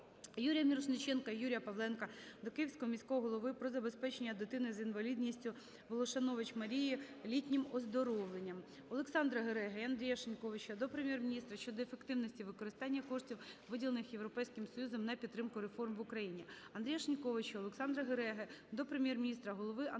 Юрія Мірошниченка та Юрія Павленка до Київського міського голови про забезпечення дитини з інвалідністю Волошанович Марії літнім оздоровленням. Олександра Гереги та Андрія Шиньковича до Прем'єр-міністра щодо ефективності використання коштів, виділених Європейським Союзом на підтримку реформ в Україні. Андрія Шиньковича, Олександра Гереги до Прем'єр-міністра, голови Антимонопольного